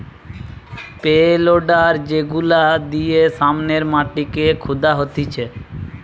pay loader যেগুলা দিয়ে সামনের মাটিকে খুদা হতিছে